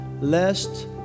lest